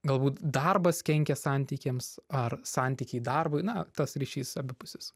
galbūt darbas kenkia santykiams ar santykiai darbui na tas ryšys abipusis